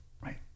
right